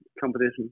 competition